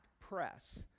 press